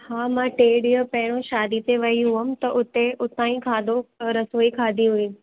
हा मां टे ॾींहं पहरियों शादी ते वई हुअमि त उते उतां ई खाधो रसोई खाधी हुई